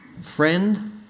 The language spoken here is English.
Friend